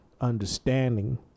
understanding